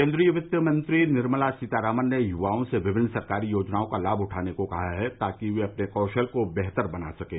केंद्रीय वित्त मंत्री निर्मला सीतारामन ने युवाओं से विभिन्न सरकारी योजनाओं का लाभ उठाने को कहा है ताकि वे अपने कौशल को बेहतर बना सकें